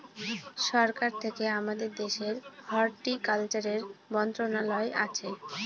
সরকার থেকে আমাদের দেশের হর্টিকালচারের মন্ত্রণালয় আছে